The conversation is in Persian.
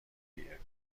ایه